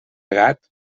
gat